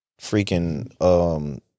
freaking